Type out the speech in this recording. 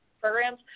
programs